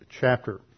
chapter